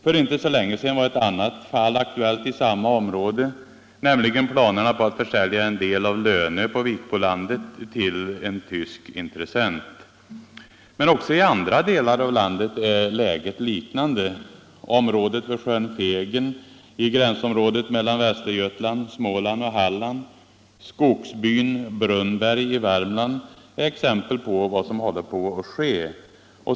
För inte så länge sedan var ett annat fall aktuellt i samma område, nämligen planerna på att försälja en del av Lönö på Vikbolandet till en tysk intressent. Men också i andra delar av landet är läget liknande. Området vid sjön Fegen i gränsområdet mellan Västergötland, Småland och Halland och skogsbyn Brunnberg i Värmland är exempel på vad som håller på att ske.